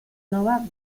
nova